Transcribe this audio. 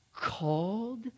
called